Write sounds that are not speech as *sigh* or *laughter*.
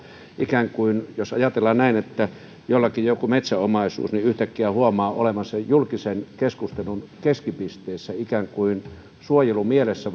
jos ajatellaan näin että jollain on joku metsäomaisuus ja yhtäkkiä huomaa olevansa julkisen keskustelun keskipisteessä ikään kuin suojelumielessä *unintelligible*